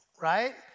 right